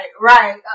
Right